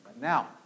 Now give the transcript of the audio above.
now